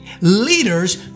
Leaders